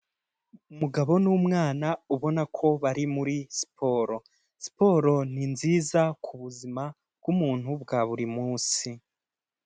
Umugabo n'umwana ubona ko bari muri siporo. Siporo ni nziza ku buzima bw'umuntu bwa buri munsi.